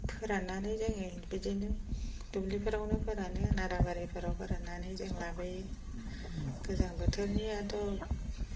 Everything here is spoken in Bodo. फोराननानै जोङो बिदिनो दुब्लिफोरावनो फोरानो नाराबारिफोराव फोराननानै जों लाबोयो गोजां बोथोरनियाथ'